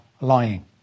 lying